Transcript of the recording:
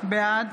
בעד